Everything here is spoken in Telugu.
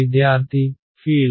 విద్యార్థి ఫీల్డ్